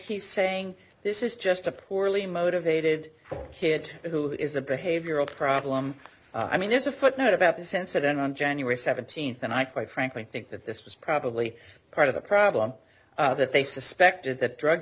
he's saying this is just a poorly motivated kid who is a behavioral problem i mean there's a footnote about the sensor down on january seventeenth and i quite frankly think that this was probably part of the problem that they suspected that drug